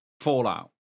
fallout